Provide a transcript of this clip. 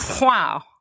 Wow